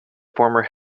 former